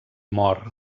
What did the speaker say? mor